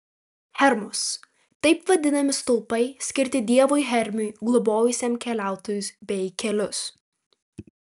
hermos taip vadinami stulpai skirti dievui hermiui globojusiam keliautojus bei kelius